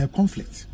Conflict